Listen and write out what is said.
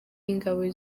y’ingabo